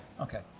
Okay